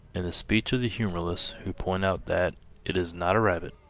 in the speech of the humorless, who point out that it is not a rabbit.